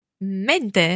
Mente